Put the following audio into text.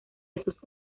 esos